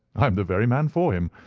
i am the very man for him.